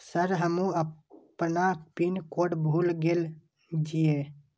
Sir हमू अपना pin code भूल गेल जीये?